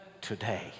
today